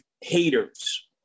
haters